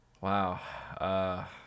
Wow